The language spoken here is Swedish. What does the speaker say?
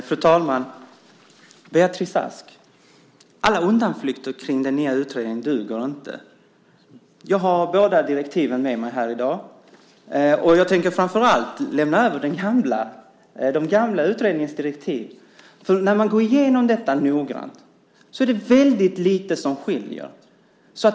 Fru talman! Beatrice Ask! Alla undanflykter kring den nya utredningen duger inte. Jag har båda direktiven med mig här i dag, och jag tänkte framför allt lämna över den gamla utredningens direktiv. När man går igenom detta noggrant ser man att det är väldigt lite som skiljer.